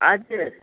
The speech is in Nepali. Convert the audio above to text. हजुर